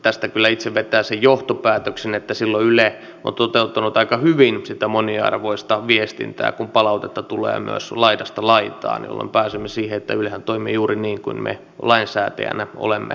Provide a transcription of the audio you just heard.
tästä kyllä itse vedän sen johtopäätöksen että silloin yle on toteuttanut aika hyvin sitä moniarvoista viestintää kun myös palautetta tulee laidasta laitaan jolloin pääsemme siihen että ylehän toimii juuri niin kuin me lainsäätäjinä olemme halunneet